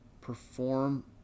perform